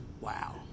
Wow